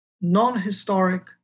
non-historic